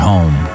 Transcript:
Home